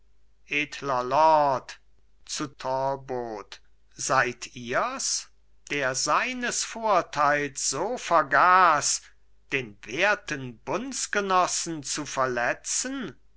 seid ihrs der seines vorteils so vergaß den werten bundsgenossen zu verletzen